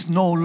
no